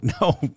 no